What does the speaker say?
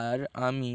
আর আমি